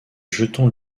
jetons